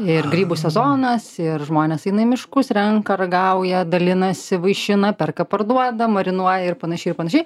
ir grybų sezonas ir žmonės eina į miškus renka ragauja dalinasi vaišina perka parduoda marinuoja ir panašiai ir panašiai